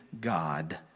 God